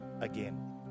again